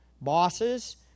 Bosses